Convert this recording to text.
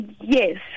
Yes